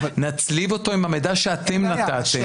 נצליב אותו עם המידע שאתם נתתם --- אין בעיה.